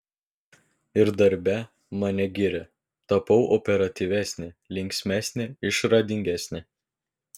ir darbe mane giria tapau operatyvesnė linksmesnė išradingesnė